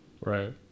Right